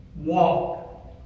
walk